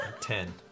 Ten